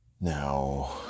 now